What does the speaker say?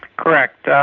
correct.